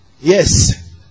yes